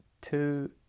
two